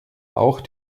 auch